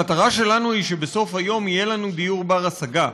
המטרה שלנו היא שבסוף היום יהיה לנו דיור בר-השגה,